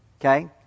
Okay